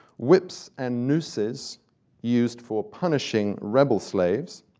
whips and nooses used for punishing rebel slaves,